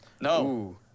No